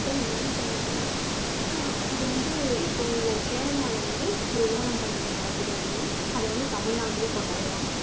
so இது என்ன பண்ணனும் அப்படின்னா இது வந்து இப்போது கேரளாவில வந்து ஒரு ஓணம் பண்டிகை நடக்குது அப்படின்னா அதை வந்து தமிழ்நாட்டிலயும் கொண்டாடுவாங்க